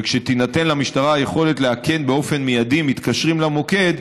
וכשתינתן למשטרה אפשרות לאכן באופן מיידי מתקשרים למוקד,